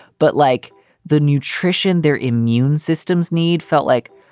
but like the nutrition their immune systems need felt like.